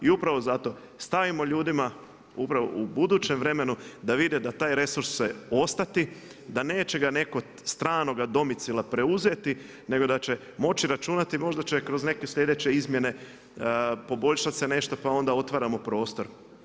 I upravo zato stavimo ljudima upravo u budućem vremenu da vide da taj resurs će ostati, da neće ga netko stranoga domicila preuzeti nego da će moći računati, možda će kroz neke sljedeće izmjene poboljšati se nešto pa onda otvaramo prostor.